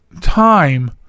time